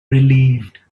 relieved